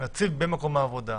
להציב במקום העבודה